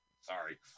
Sorry